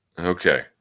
Okay